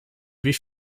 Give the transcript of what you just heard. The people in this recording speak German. wie